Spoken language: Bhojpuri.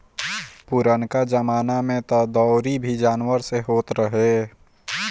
पुरनका जमाना में तअ दवरी भी जानवर से होत रहे